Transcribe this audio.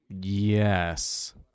Yes